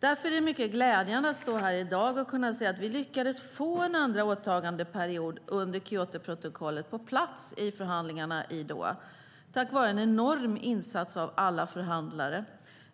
Därför är det mycket glädjande att stå här i dag och kunna säga att vi lyckades få en andra åtagandeperiod under Kyotoprotokollet på plats i förhandlingarna i Doha, tack vare en enorm insats av alla förhandlare.